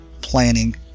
planning